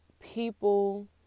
people